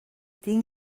tinc